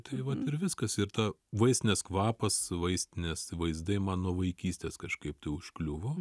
tai vat ir viskas ir ta vaistinės kvapas vaistinės vaizdai mano vaikystės kažkaip tai užkliuvo